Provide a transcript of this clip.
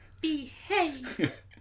behave